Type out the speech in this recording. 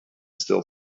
still